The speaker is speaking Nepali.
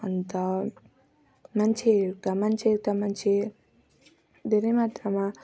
अन्त मान्छेहरूका मान्छे त्यहाँ मान्छे धेरै मात्रामा